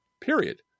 period